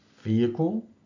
vehicle